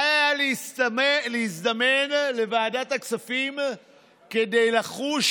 די היה להזדמן לוועדת הכספים כדי לחוש